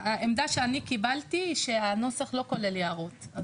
לפי העמדה שקיבלתי הנוסח לא כולל יערות.